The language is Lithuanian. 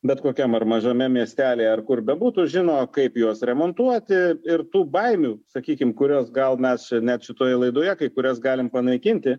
bet kokiam ar mažame miestelyje ar kur bebūtų žino kaip juos remontuoti ir tų baimių sakykim kurios gal mes net šitoje laidoje kai kurias galim panaikinti